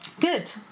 Good